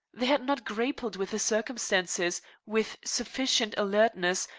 they had not grappled with the circumstances with sufficient alertness,